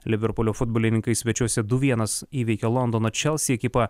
liverpulio futbolininkai svečiuose du vienas įveikė londono chelsea ekipą